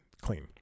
clean